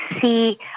see